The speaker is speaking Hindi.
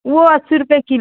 वो अस्सी रुपे किलो